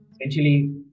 essentially